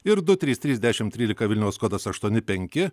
ir du trys dešimt trylika vilniaus kodas aštuoni penki